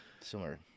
similar